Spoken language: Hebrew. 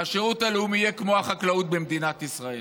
השירות הלאומי יהיה כמו החקלאות במדינת ישראל.